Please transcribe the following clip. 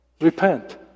Repent